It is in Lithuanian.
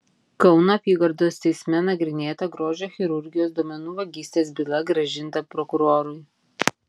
kauno apygardos teisme nagrinėta grožio chirurgijos duomenų vagystės byla grąžinta prokurorui